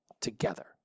together